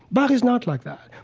bach is not like that.